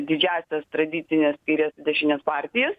didžiąsias tradicines kairės dešinės partijas